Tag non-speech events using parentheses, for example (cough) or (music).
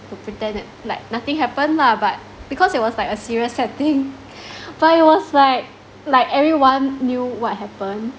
to pretend that like nothing happen lah but because it was like a serious setting (laughs) but it was like like everyone knew what happen